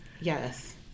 Yes